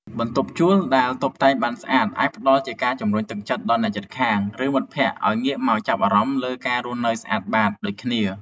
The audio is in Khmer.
បន្ទប់ជួលដែលតុបតែងបានស្អាត អាចផ្ដល់ជាការជម្រុញទឹកចិត្តដល់អ្នកជិតខាង ឬមិត្តភក្តិឱ្យងាកមកចាប់អារម្មណ៍លើការរស់នៅស្អាតបាតដូចគ្នា។